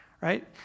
right